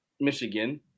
Michigan